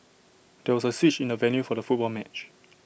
there was A switch in the venue for the football match